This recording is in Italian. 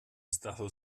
stato